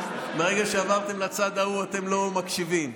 מהרגע שעברתם לצד ההוא אתם לא מקשיבים.